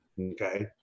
Okay